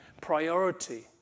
priority